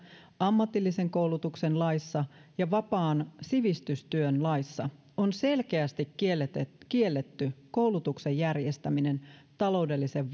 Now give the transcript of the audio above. ammatillisen koulutuksen laissa ja vapaan sivistystyön laissa on selkeästi kielletty kielletty koulutuksen järjestäminen taloudellisen